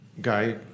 guy